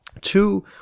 two